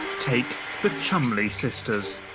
take the cholmondeley sisters.